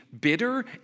bitter